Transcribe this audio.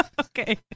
Okay